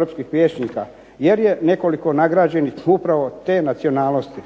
razumije se./…, jer je nekoliko nagrađenih upravo te nacionalnosti.